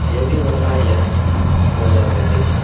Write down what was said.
یہ بھی اتنا ہی ہے دو ہزار روپے کے جی